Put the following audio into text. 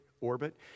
orbit